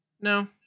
No